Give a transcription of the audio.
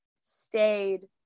stayed